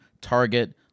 Target